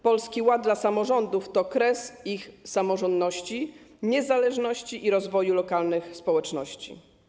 Polski Ład dla samorządów to kres ich samorządności, niezależności i rozwoju lokalnych społeczności.